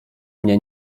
mnie